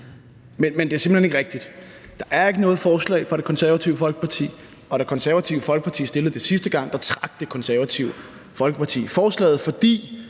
Men det er simpelt hen ikke rigtigt. Der er ikke noget forslag fra Det Konservative Folkeparti, og da Det Konservative Folkeparti stillede det sidste gang, trak Det Konservative Folkeparti forslaget, fordi